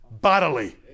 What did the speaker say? bodily